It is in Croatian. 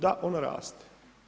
Da, ona raste.